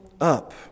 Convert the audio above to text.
up